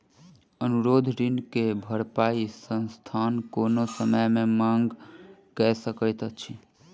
अनुरोध ऋण के भरपाई संस्थान कोनो समय मे मांग कय सकैत अछि